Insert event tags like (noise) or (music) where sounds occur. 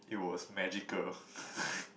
it was magical (laughs)